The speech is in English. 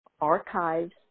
archives